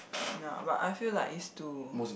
ya but I feel like it's to